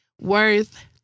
Worth